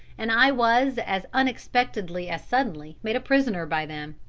and i was as unexpectedly as suddenly made a prisoner by them.